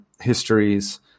histories